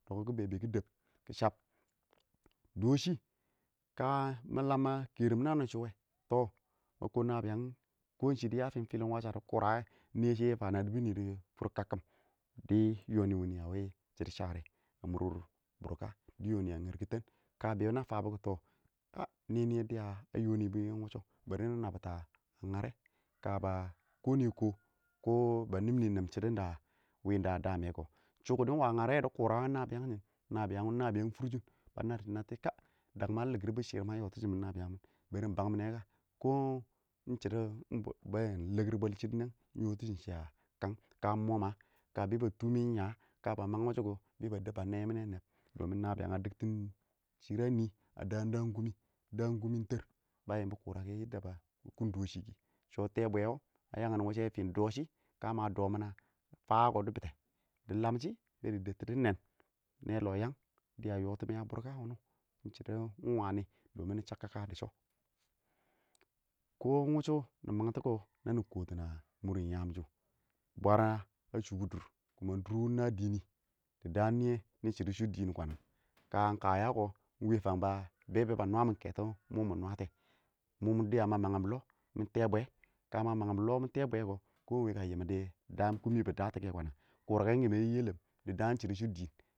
Dɔkin kɪ bɛ bɛ ki dɛbd kɪ chab dɔshɪ ka mɪ laam ma kɛrɪm naan shʊ wɛ tɔ ma kɔ nabiyang kɔ ɪng shɪ dɪ ya fɪɪn fɪlɪn wash wɛ shɪ di kʊrawɛ nɛ shɪyɛ na dɪbɔ shɪ dʊ dɪ fʊr kakkim dɪ yɔni wɪnɪ a wɪ shidi share a mʊr bʊrka, dɪ yɔnɪ a ngɛrkɪtɛn ka bɛ na fabʊ kʊ tɔ, a nɛ nɪyɛ dɪya a yɔ nɪ bɔ ɪng wʊshɔ nɪ nabbitɪn a ngrɛ, kaba kɔ nɪ kɔ, kɔ ba nɛnɪ nɛm shɪdɔn da wɪnda a daa mɛ kɔ, shɔ kɪdɪ ɪng wa a ngarɛ wɛ dɪ kʊrawɛ nabiyang shɪn, nabiyang wɔ ɪng nabiyang fʊrshin nadi nattɔ shɪ kat ma likirbʊ shɪr ma yɔ tishim bɔ nabiyang mɪn bang minɛ ka bɛɛn ligir bwɛl shɪdɔ wʊnɛng, ɪng yɔtishɪn shɪ a kang, ka ɪng mɔ bɛɛ ba tʊmʊnɪn yaar kaba mang wʊshɔkɔ bɛ ba dɛb ba nɛ yi mɪnɛ nɛb ɪng na nabiyang mɪn a diktin shir a nɪ a daam daam kʊmɪ, daan kʊmi ɪng tɛɛr ba yɪmbɔ yadda ba kʊn dɔshɪ kɪ. Shɔ wɪ tɛɛbwɛ wɔ a yang wʊshɛ fɪn dɔshɪ kama a dɔmina fa wɛ kɔ dɪ bɪtɛ, dɪ lamshɪ bɛ dɪ dɛbtʊ dɪ neen, nɛɛlɔ yang dɪya yɔtimɛ a bʊrka wʊni ɪng wani dɪnɪ chak kaka dɪ shɔ, kɔ ɪng wʊshɔ nɪ mangtɔ kɔ nɪ na kɔtɪn a mʊr yam shɪn, bwara a shʊbʊ dʊrr, dʊrr wʊ ɪng na dɪnɪ, dɪ daan nɪyɛ nɪ shɪdɔ shʊ wɔ dɪɪn kwan ka ka ya kɔ ɪng wɛ fang ba bɛ bɛ ba nwamin kɛtɔn mɔ mɪ mwatɛ, mɔ dɪya ma mangɪm lɔ, ka ma mangɪm lɔ mɪ tɛɛbwɛ kɔ na yɪ mɪn dɪ daam kʊmɪ bɪ da tɔkɛ kwana kʊrakɛn kimɛ a yɛlɛn dɪ daan shɪdɔ dɪɪn.